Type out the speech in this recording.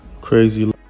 crazy